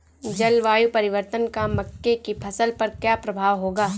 जलवायु परिवर्तन का मक्के की फसल पर क्या प्रभाव होगा?